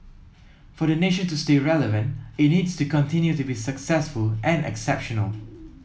for the nation to stay relevant it needs to continue to be successful and exceptional